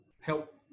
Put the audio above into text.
help